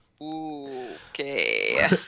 Okay